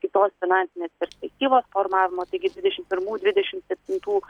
kitos finansinės perspektyvos formavimo taigi dvidešim pirmų dvidešim septintų